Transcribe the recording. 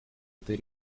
этой